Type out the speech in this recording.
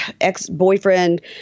ex-boyfriend